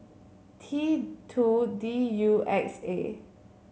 T two D U X A